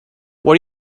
what